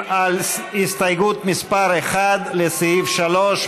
עפר שלח,